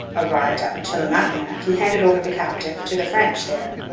arrived at michilimackinac, he handed over the captive to the french there,